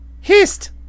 hist